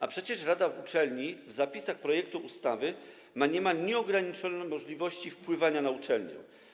A przecież rada uczelni według zapisów projektu ustawy ma niemal nieograniczone możliwości wpływania na uczelnie.